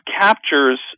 captures